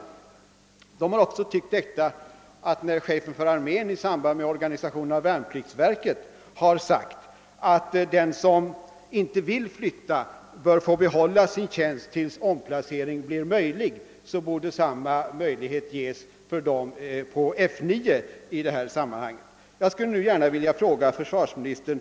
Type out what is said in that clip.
Vidare anser personalen att när chefen för armén i samband med organisationen av värnpliktsverket sade att den som inte vill flytta bör få behålla sin tjänst till dess en omplacering blir möjlig, så borde samma möjlighet ges personalen vid F 9. Jag vill nu ställa några frågor till försvarsministern.